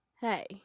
Hey